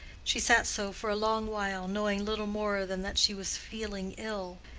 she sat so for a long while, knowing little more than that she was feeling ill,